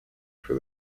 for